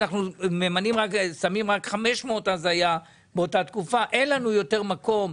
היה אז רק 500 אז הם אמרו שאין להם יותר מקום.